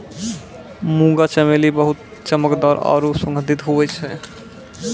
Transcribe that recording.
मुंगा चमेली बहुत चमकदार आरु सुगंधित हुवै छै